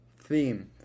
Theme